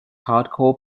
hardcore